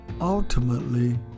ultimately